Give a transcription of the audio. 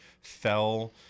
fell